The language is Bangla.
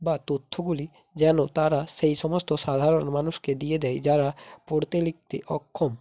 বা তথ্যগুলি যেন তারা সেই সমস্ত সাধারণ মানুষকে দিয়ে দেয় যারা পড়তে লিখতে অক্ষম